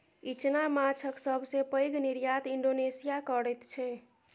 इचना माछक सबसे पैघ निर्यात इंडोनेशिया करैत छै